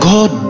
God